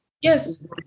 Yes